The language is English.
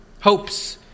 hopes